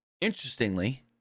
interestingly